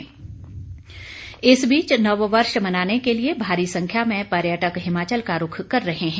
नववर्ष इस बीच नववर्ष मनाने के लिए भारी संख्या में पर्यटक हिमाचल का रूख कर रहे हैं